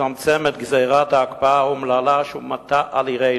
לצמצם את גזירת ההקפאה האומללה שהומטה על עירנו.